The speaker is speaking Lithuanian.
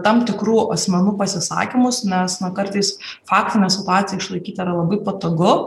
tam tikrų asmenų pasisakymus nes na kartais faktinę situaciją išlaikyt yra labai patogu